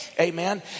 Amen